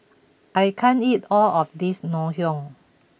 I can't eat all of this Ngoh Hiang